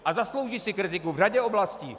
A zaslouží si kritiku v řadě oblastí.